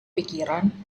pikiran